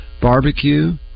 barbecue